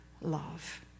love